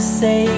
say